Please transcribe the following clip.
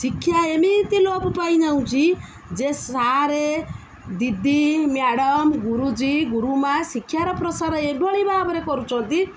ଶିକ୍ଷା ଏମିତି ଲୋପ ପାଇଯାଉଛି ଯେ ସାର୍ ଦିଦି ମ୍ୟାଡ଼ମ୍ ଗୁରୁଜୀ ଗୁରୁମା ଶିକ୍ଷାର ପ୍ରସାର ଏଭଳି ଭାବରେ କରୁଛନ୍ତି